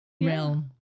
realm